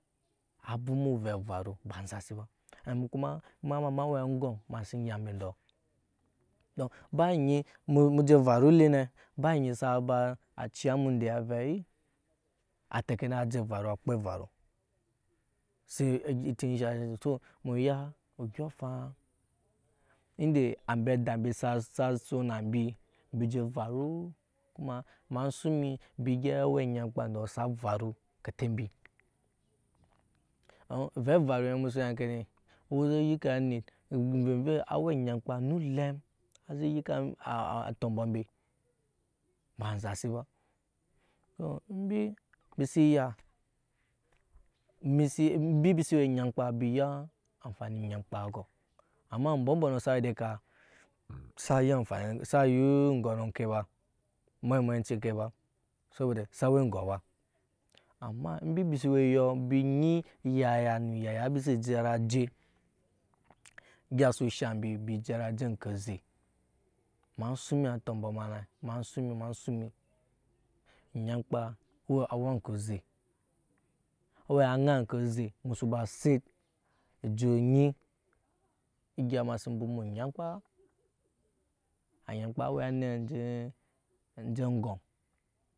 A bwoma ovɛ everu ba enzasi ba an mu kum ema ma ma we aŋgɔm ema sin ya embe endɔ don ba anyi emu je varu ile ne ba anyi sa ba a ciya emu ende na ave ateke na je evaru a kpɛ evaru mu ya odyɔŋ afaŋ ende ambe ada ambe sa son na mbi embi je varu kuma ema egyɛp awɛ anyamkpa ndɔ sa varu kete mbi ovɛ evaru musu ya ŋke ne oze yike anit amve vei awɛ anyamka nu elem a ze yike a tɔmbɔ mbe ba enzasi so embi mbi si we nyamkpa mbi ya amfani nyamkpa kɔ amma ambɔ mbɔnɔ sa we ede eka sa ya amfani sa ya muyimenci ke ba sobo de sa we ŋgo ba amma mbi bisi we ŋgo mbi nyi yaya nu yaya embi si jara je egya su haŋ mbi bi jara je nke oze ema suŋ mi atɔmbɔ ma ne ema esuŋ mi ni suŋ mi enyamkpa owe awa oŋke oze owe aŋa ŋke oze musu ba set ejut enyi egya ema ma sin bwoma onyamkpa anyamkpa awe anit enje aŋgɔm.